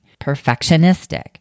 perfectionistic